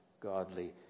godly